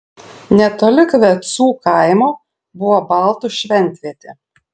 netoli kvecų kaimo buvo baltų šventvietė